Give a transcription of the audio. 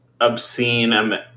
obscene